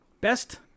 best